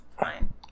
fine